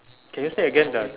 can you say then